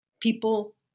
People